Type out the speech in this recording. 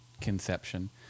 conception